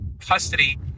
custody